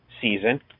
season